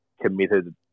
committed